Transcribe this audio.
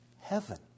heaven